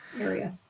area